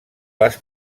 les